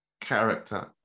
character